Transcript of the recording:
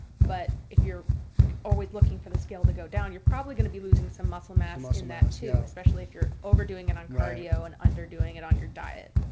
but if you're always looking for the scale to go down, you're probably going to be losing some muscle mass in that too. especially if you're overdoing it on cardio and under doing it on your diet.